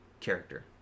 character